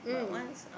mm